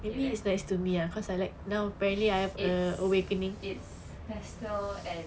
ya then it's it's pastel and